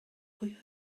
pwy